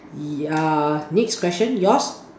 yeah next question yours